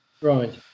Right